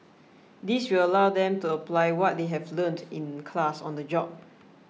this will allow them to apply what they have learnt in class on the job